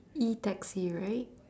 E taxi right